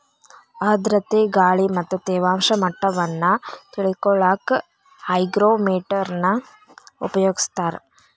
ಆರ್ಧ್ರತೆ ಗಾಳಿ ಮತ್ತ ತೇವಾಂಶ ಮಟ್ಟವನ್ನ ತಿಳಿಕೊಳ್ಳಕ್ಕ ಹೈಗ್ರೋಮೇಟರ್ ನ ಉಪಯೋಗಿಸ್ತಾರ